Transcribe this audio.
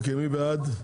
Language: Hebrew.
מי בעד החוק?